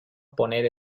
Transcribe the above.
poner